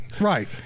Right